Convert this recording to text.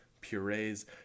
purees